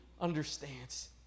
understands